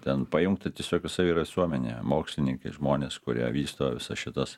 ten pajungta tiesiog visa yra visuomenė mokslininkai žmonės kurie vysto visas šitas